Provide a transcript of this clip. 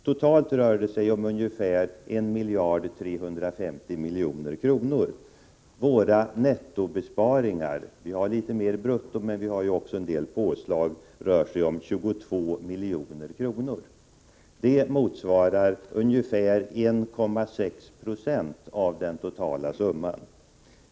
Totalt rör det sig om ungefär 1 350 milj.kr. Våra nettobesparingar — det är litet mer brutto, men vi gör också en del påslag — uppgår till ca 22 milj.kr. Det motsvarar ungefär 1,6 90 av den totala summan.